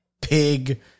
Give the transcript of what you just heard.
pig